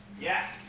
Yes